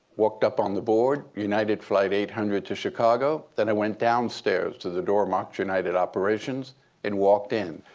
walked up on the board, united flight eight hundred to chicago. then i went downstairs to the door marked united operations and walked in.